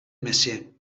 messiaen